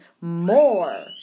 more